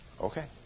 Okay